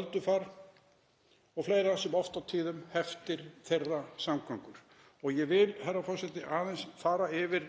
öldufar og fleira sem oft á tíðum heftir þeirra samgöngur. Ég vil, herra forseti, aðeins fara yfir